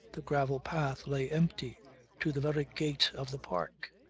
the gravel path lay empty to the very gate of the park.